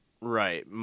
Right